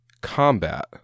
combat